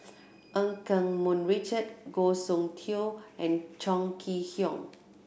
Eu Keng Mun Richard Goh Soon Tioe and Chong Kee Hiong